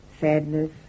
sadness